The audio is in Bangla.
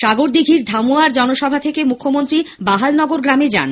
সাগরদীঘির ধামুয়ার জনসভা থেকে মুখ্যমন্ত্রী বাহালনগর গ্রামে যান